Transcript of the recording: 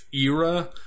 era